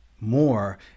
more